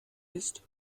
ist